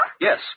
Yes